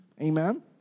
Amen